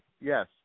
Yes